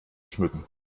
schmücken